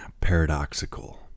Paradoxical